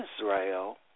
Israel